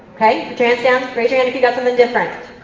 your hands down. raise your hand if you got something different.